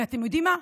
ואתם יודעים מה,